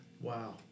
Wow